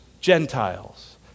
Gentiles